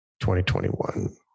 2021